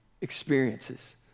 experiences